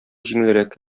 җиңелрәк